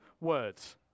words